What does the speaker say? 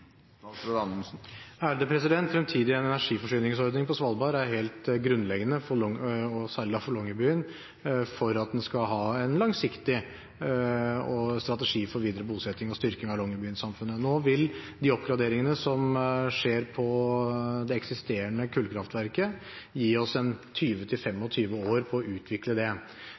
Fremtidig energiforsyningsordning på Svalbard er helt grunnleggende – særlig for Longyearbyen – for at en skal kunne ha en langsiktig strategi for videre bosetting og styrking av Longyearby-samfunnet. Nå vil de oppgraderingene som skjer på det eksisterende kullkraftverket, gi oss 20–25 år på å utvikle det.